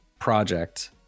project